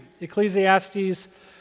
Ecclesiastes